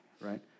right